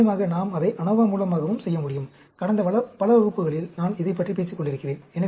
நிச்சயமாக நாம் அதை ANOVA மூலமாகவும் செய்ய முடியும் கடந்த பல வகுப்புகளில் நான் இதைப் பற்றி பேசிக்கொண்டிருக்கின்றேன்